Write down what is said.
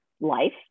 life